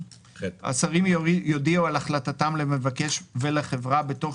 " השרים יודיעו על החלטתם למבקש ולחברה בתוך